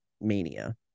Mania